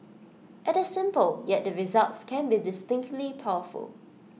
IT is simple yet the results can be distinctly powerful